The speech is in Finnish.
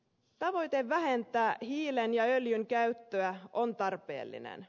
tavoite vähentää hiilen ja öljyn käyttöä on tarpeellinen